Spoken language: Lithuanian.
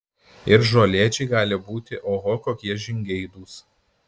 ir žolėdžiai gali būti oho kokie žingeidūs